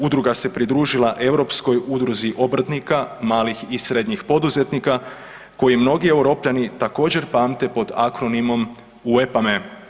Udruga se pridružila Europskoj udruzi obrtnika, malih i srednjih poduzetnika koju mnogi europljani također pamte pod akronimom UEAPME.